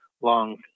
long